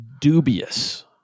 dubious